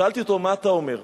שאלתי אותו: מה אתה אומר?